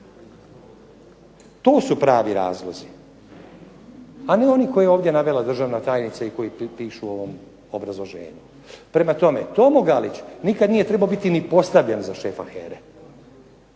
To su pravi razlozi, a ne oni koje je ovdje navela državna tajnica i koji pišu u ovom obrazloženju. Prema tome, Tomo Galić ikad nije trebao biti ni postavljen za šefa HERA-e.